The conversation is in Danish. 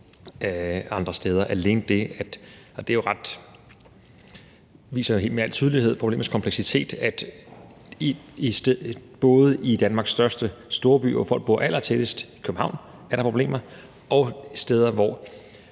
andre steder. Der er problemer – og det viser jo med al tydelighed problemets kompleksitet – både i Danmarks største storby, hvor folk bor allertættest, København, og steder, hvor